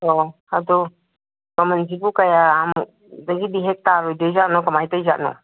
ꯑꯣ ꯑꯗꯣ ꯃꯃꯟꯁꯤꯕꯨ ꯀꯌꯥꯃꯨꯛꯇꯒꯤꯗꯤ ꯍꯦꯛ ꯇꯥꯔꯣꯏꯗꯣꯏ ꯖꯥꯠꯅꯣ ꯀꯃꯥꯏꯅ ꯇꯩꯖꯥꯠꯅꯣ